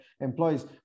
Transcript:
employees